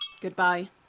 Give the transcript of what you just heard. Goodbye